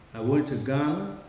i went to ghana.